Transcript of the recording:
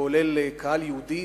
כולל קהל יהודי.